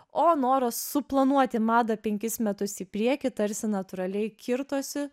o noras suplanuoti madą penkis metus į priekį tarsi natūraliai kirtosi